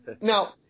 Now